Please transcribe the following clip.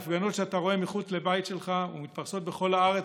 ההפגנות שאתה רואה מחוץ לבית שלך ומתפרסות בכל הארץ,